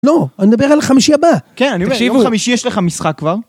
לא, אני אדבר על החמישי הבא. כן, אני רואה, יום חמישי יש לך משחק כבר.